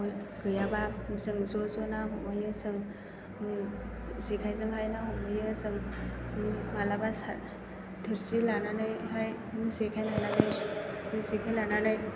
गैयाबा जों ज' ज' ना हमहैयो जों जेखायजोंहाय ना हमहैयो जों माब्लाबा थोरसि लानानैहाय जेखाय लानानै